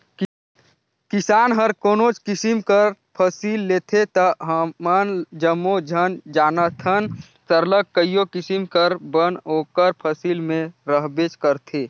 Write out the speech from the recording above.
किसान हर कोनोच किसिम कर फसिल लेथे ता हमन जम्मो झन जानथन सरलग कइयो किसिम कर बन ओकर फसिल में रहबेच करथे